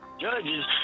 judges